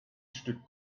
stück